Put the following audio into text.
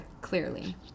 Clearly